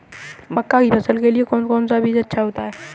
मक्का की फसल के लिए कौन सा बीज अच्छा होता है?